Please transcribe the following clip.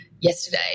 yesterday